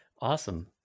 Awesome